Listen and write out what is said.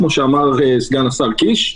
כמו שאמר סגן השר קיש.